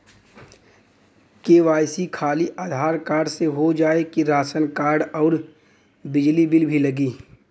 KYC खाली Aadhaar card से हो जाए कि राशन कार्ड अउर बिजली बिल भी लगी?